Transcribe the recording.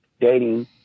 dating